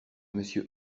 monsieur